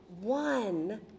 one